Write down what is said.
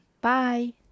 Bye